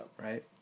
Right